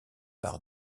par